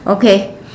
okay